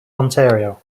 ontario